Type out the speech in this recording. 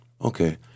Okay